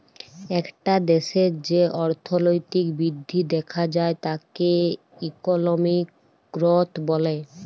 একটা দ্যাশের যে অর্থলৈতিক বৃদ্ধি দ্যাখা যায় তাকে ইকলমিক গ্রথ ব্যলে